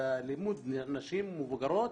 בלימוד נשים מבוגרות